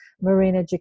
Marina